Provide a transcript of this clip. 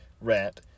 Rat